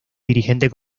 dirigente